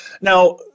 Now